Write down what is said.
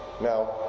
Now